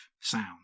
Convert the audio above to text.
sound